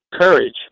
courage